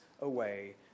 away